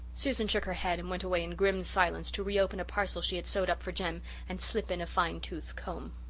susan shook her head and went away in grim silence to re-open a parcel she had sewed up for jem and slip in a fine tooth comb.